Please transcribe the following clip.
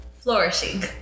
Flourishing